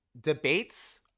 debates